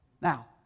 Now